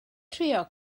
trio